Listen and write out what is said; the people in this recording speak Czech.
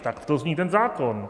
Takto zní ten zákon.